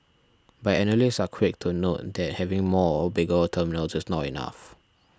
but analysts are quick to note that having more or bigger terminals is not enough